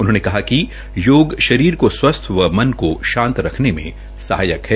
उन्होंने कहा कि योग शरीर को स्वस्थ् व मन को शांत रखने में सहायक है